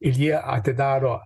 ir jie atidaro